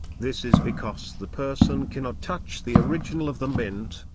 this is because the person cannot touch the original of the mint,